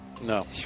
No